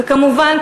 וכמובן,